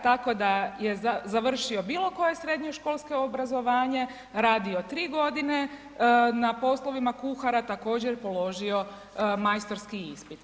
Tako je završio bilo koje srednjoškolsko obrazovanje, radio 3 godine na poslovima kuhara, također je položio majstorski ispit.